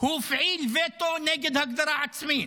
הוא הפעיל וטו נגד הגדרה עצמית